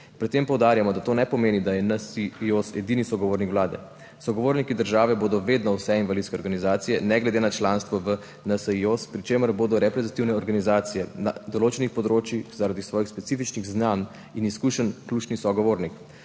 Pri tem poudarjamo, da to ne pomeni, da je NSIOS edini sogovornik vlade. Sogovorniki države bodo vedno vse invalidske organizacije ne glede na članstvo v NSIOS, pri čemer bodo reprezentativne organizacije na določenih področjih zaradi svojih specifičnih znanj in izkušenj ključni sogovornik.